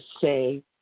say